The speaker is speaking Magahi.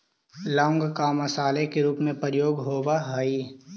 लौंग का मसाले के रूप में प्रयोग होवअ हई